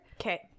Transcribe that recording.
Okay